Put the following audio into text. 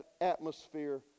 atmosphere